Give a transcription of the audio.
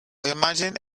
imagine